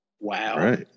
Wow